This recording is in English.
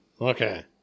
Okay